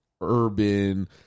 urban